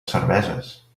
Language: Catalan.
cerveses